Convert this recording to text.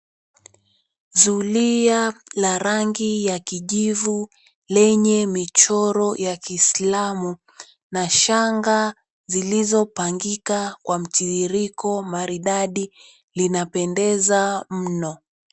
Zulia la rangi ya kijivu lenye michoro ya kiislamu na shanga zilizopangika kwa mtiririko maridadi, linapendeza mno.